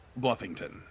bluffington